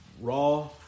Raw